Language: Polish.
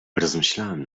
rozmyślałem